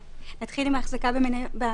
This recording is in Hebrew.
נתחיל לפי הסדר - בהחזקה בנאמנות?